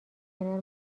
کنار